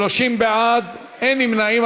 30 בעד, אין נמנעים.